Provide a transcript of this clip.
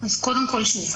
אז קודם כל שוב,